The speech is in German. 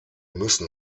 müssen